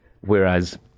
Whereas